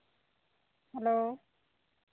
hello